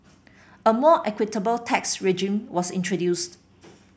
a more equitable tax regime was introduced